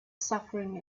suffering